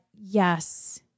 yes